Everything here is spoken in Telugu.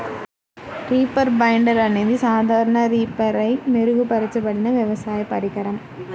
రీపర్ బైండర్ అనేది సాధారణ రీపర్పై మెరుగుపరచబడిన వ్యవసాయ పరికరం